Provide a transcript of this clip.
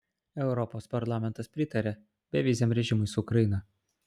europos parlamentas pritarė beviziam režimui su ukraina